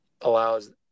allows